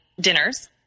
dinners